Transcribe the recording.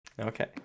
Okay